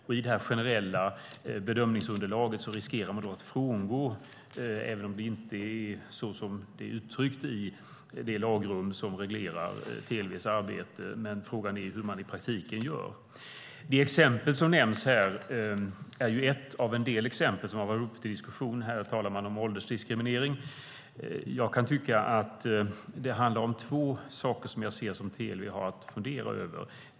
Och i det här generella bedömningsunderlaget riskerar man att frångå något, även om det inte är så som det är uttryckt i det lagrum som reglerar TLV:s arbete. Frågan är hur man gör i praktiken. Det exempel som nämns här är ett av en del exempel som har varit uppe till diskussion. Här talar man om åldersdiskriminering. Jag kan tycka att det handlar om två saker som TLV har att fundera över.